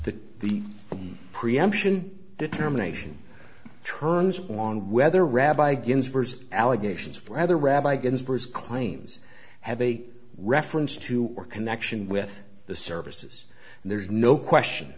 the the preemption determination turns on whether rabbi ginsburg allegations rather rabbi ginsburg's claims have a reference to or connection with the services there's no question